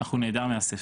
אך הוא נעדר מהספר.